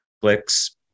clicks